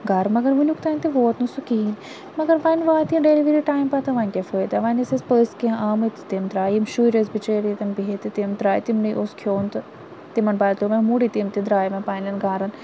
گَرٕ مگر وٕنیُک تام تہِ ووت نہٕ سُہ کِہیٖنۍ مگر وۄنۍ واتہِ ہے ڈیلؤری ٹایِم پَتہٕ وۄنۍ کیٛاہ فٲیِدٕ آو وۄنۍ ٲسۍ اَسہِ پٔژھۍ کیٚنہہ آمٕتۍ تہٕ تِم درٛاے یِم شُرۍ ٲسۍ بِچٲرۍ ییٚتٮ۪ن بِہِتھ تہٕ تِم درٛاے تِمنٕے اوس کھیوٚن تہٕ تِمَن بدلیو وۄنۍ موٗڈٕے تِم تہِ درٛاے وۄنۍ پنٛنٮ۪ن گَرَن